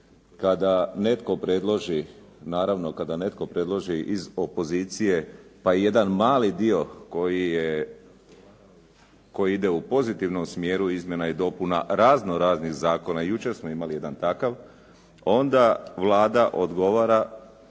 kada netko predloži, naravno kada netko predloži iz opozicije, pa i jedan mali dio koji ide u pozitivnom smjeru izmjena i dopuna raznoraznih zakona i jučer smo imali jedan taka, onda Vlada odgovara